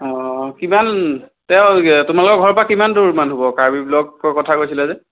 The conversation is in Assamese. অঁ কিমান তেওঁ তোমালোকৰ ঘৰৰপৰা কিমান দূৰমান হ'ব কাৰ্বি ব্ল'কৰ কথা কৈছিলা যে